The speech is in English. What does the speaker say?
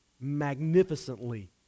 magnificently